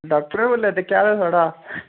doctor बोल्ला दे केह् हाल ऐ थुआढ़ा